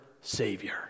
Savior